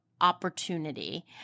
Opportunity